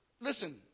listen